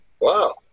Wow